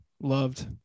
loved